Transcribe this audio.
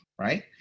Right